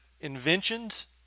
inventions